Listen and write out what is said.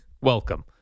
Welcome